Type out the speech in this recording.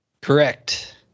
Correct